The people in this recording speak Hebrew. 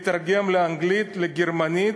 מתרגם לאנגלית, לגרמנית,